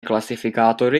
klasifikátory